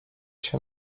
się